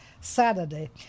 Saturday